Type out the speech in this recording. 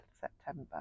September